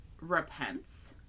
repents